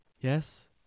Yes